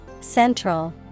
Central